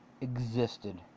existed